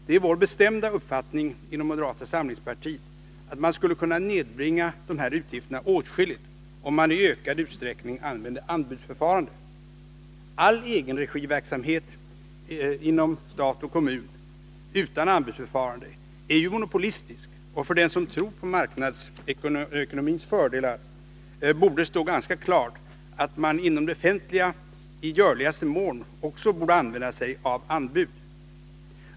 Det är vår bestämda uppfattning inom moderata samlingspartiet att man skulle kunna nedbringa dessa utgifter åtskilligt, om man i ökad utsträckning använde anbudsförfarande, All egenregiverksamhet inom stat och kommun utan anbudsförfarande är ju monopolistisk, och för den som tror på marknadsekonomins fördelar borde det stå ganska klart att man också inom det offentliga i görligaste mån borde använda sig av anbud.